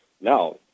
Now